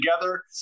together